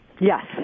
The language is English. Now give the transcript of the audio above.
Yes